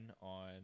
on